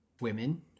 women